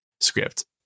script